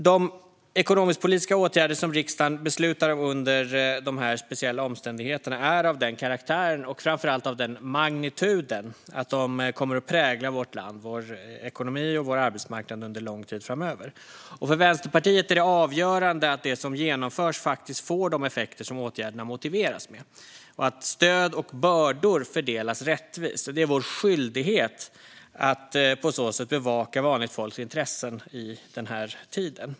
De ekonomisk-politiska åtgärder som riksdagen beslutar om under dessa speciella omständigheter är av den karaktären och framför allt av den magnituden att de kommer att prägla vårt land, vår ekonomi och vår arbetsmarknad under lång tid framöver. För Vänsterpartiet är det avgörande att det som genomförs faktiskt får de effekter som åtgärderna motiveras med - och att stöd och bördor fördelas rättvist. Det är vår skyldighet att på så sätt bevaka vanligt folks intressen i den här tiden.